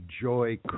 joy